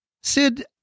Sid